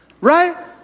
right